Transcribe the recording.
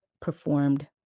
performed